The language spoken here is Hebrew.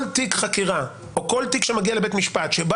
כל תיק חקירה או כל תיק שמגיע לבית משפט שבו